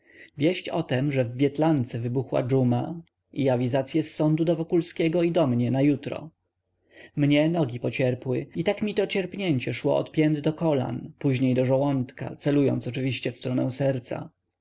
wieść o tem że w wietlance wybuchła dżuma i awizacye z sądu do wokulskiego i do mnie na jutro mnie nogi pocierpły i tak mi to cierpnięcie szło od pięt do kolan później do żołądka celując oczywiście w stronę serca